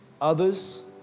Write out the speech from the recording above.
others